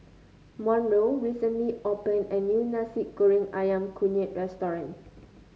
Monroe recently opened a new Nasi Goreng ayam kunyit restaurant